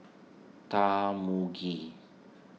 Tarmugi